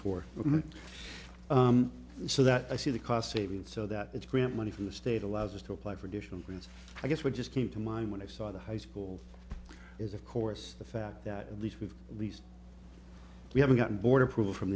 four so that i see the cost saving so that it's grant money from the state allows us to apply for additional grants i guess we just came to mind when i saw the high school is of course the fact that at least we've least we haven't gotten board approval from